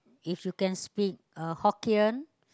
if you can speak uh Hokkien